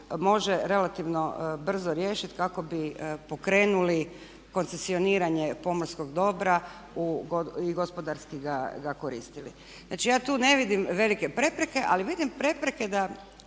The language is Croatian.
može relativno brzo riješiti kako bi pokrenuli koncesioniranje pomorskog dobra i gospodarski ga koristili. Znači, ja tu ne vidim velike prepreke, ali vidim prepreke da